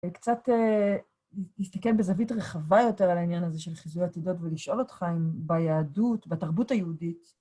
קצת להסתכל בזווית רחבה יותר על העניין הזה של חיזוי העתידות ולשאול אותך אם ביהדות, בתרבות היהודית...